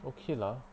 okay lah